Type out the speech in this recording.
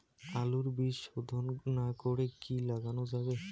আলুর বীজ শোধন না করে কি লাগানো যাবে?